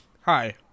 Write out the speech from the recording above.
Hi